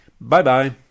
Bye-bye